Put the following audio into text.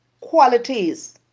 qualities